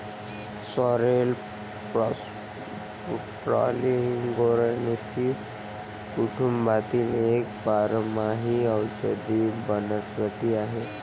sorrel Polygonaceae कुटुंबातील एक बारमाही औषधी वनस्पती आहे